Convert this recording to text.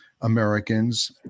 Americans